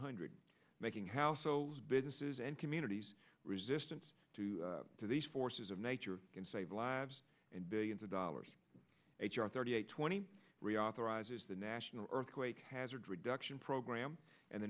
hundred making house so businesses and communities resistance to these forces of nature can save lives and billions of dollars h r thirty eight twenty reauthorizes the national earthquake hazard reduction program and the